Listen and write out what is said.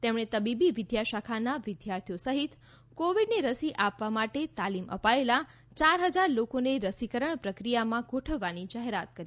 તેમણે તબીબી વિદ્યાશાખાના વિદ્યાર્થીઓ સહિત કોવિડની રસી આપવા માટે તાલીમ અપાયેલા ચાર હજાર લોકોને રસીકરણ પ્રક્રિયામાં ગોઠવવાની જાહેરાત કરી હતી